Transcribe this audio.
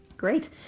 Great